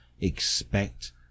expect